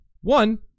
one